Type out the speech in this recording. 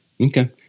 okay